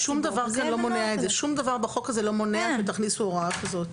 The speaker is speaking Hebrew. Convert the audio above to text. שום דבר בחוק הזה לא מונע שתכניסו הוראה כזאת.